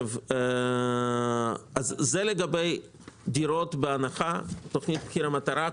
זה לגבי דירות בהנחה, תוכנית מחיר מטרה.